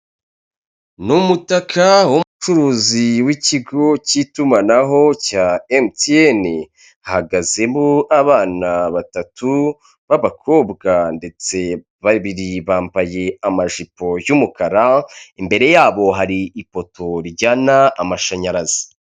Ni umutaka w'umucuruzi w'ikigo cy'itumanaho cya MTN, hahagazemo abana batatu b'abakobwa, ndetse babiri bambaye amajipo y'umukara imbere yabo hari ipoto rijyana amashanyarazi.